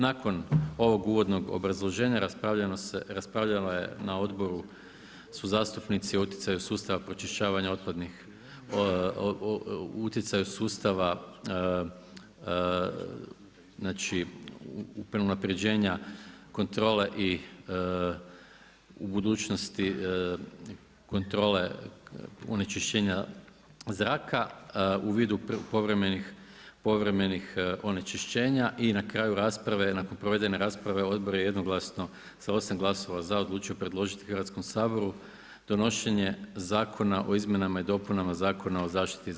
Nakon, ovog uvodnog obrazloženja, raspravljala je na odboru, su zastupnici o utjecaju sustava pročišćavanja, utjecaju sustava, znači, unaprijeđena, kontrole i u budućnosti kontrole onečišćenja zraka u vidu povremenih onečišćenja i na kraju rasprave, nakon provedene rasprava odbor je jednoglasno sa 8 glasova za, odlučio predložiti gradskom Saboru donošenje Zakona o izmjenama i dopunama Zakona o zaštiti zraka.